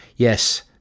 Yes